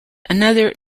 another